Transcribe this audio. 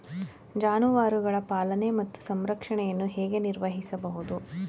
ಜಾನುವಾರುಗಳ ಪಾಲನೆ ಮತ್ತು ಸಂರಕ್ಷಣೆಯನ್ನು ಹೇಗೆ ನಿರ್ವಹಿಸಬಹುದು?